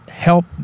Help